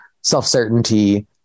self-certainty